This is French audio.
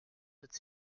cette